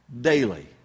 daily